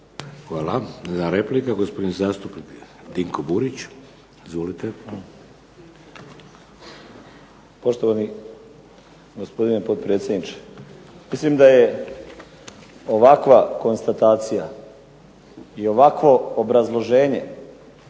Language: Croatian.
Hvala. Replika gospodin zastupnik Dinko Burić. **Burić, Dinko (HDSSB)** Poštovani gospodine potpredsjedniče. Mislim da je ovakva konstatacija i ovakvo obrazloženje